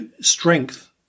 strength